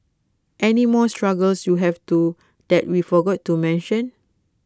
any more struggles you have do that we forgot to mention